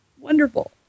wonderful